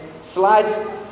slide